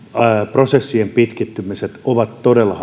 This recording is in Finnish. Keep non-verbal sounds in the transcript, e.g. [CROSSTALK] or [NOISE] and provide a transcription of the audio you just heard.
prosessien pitkittymiset ovat todella [UNINTELLIGIBLE]